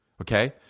Okay